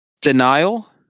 Denial